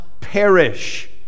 perish